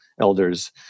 elders